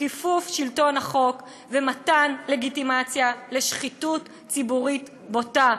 כיפוף שלטון החוק ומתן לגיטימציה לשחיתות ציבורית בוטה.